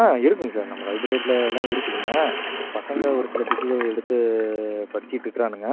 ஆ இருக்குங்க சார் நம்ம லைப்ரரில எல்லாம் இருக்குதுங்க பசங்க ஒரு சில புக்குகள் எடுத்துப் படிச்சிக்கிட்ருக்குறானுங்க